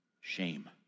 shame